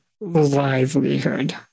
livelihood